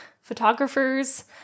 photographers